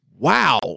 Wow